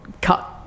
cut